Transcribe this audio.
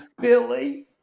Billy